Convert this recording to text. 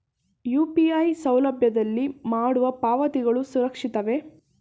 UPI ಸೌಲಭ್ಯದಲ್ಲಿ ಮಾಡುವ ಪಾವತಿಗಳು ಸುರಕ್ಷಿತವೇ?